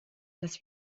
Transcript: dass